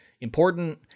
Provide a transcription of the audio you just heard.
important